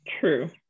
true